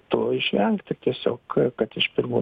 to išvengt ir tiesiog kad iš pirmų